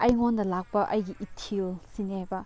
ꯑꯩꯉꯣꯟꯗ ꯂꯥꯛꯄ ꯑꯩꯒꯤ ꯏꯊꯤꯜ ꯁꯤꯅꯦꯕ